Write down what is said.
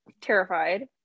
terrified